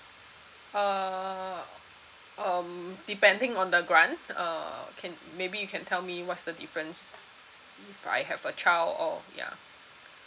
uh um depending on the grant uh can maybe you can tell me what's the difference if I have a child or ya